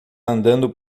andando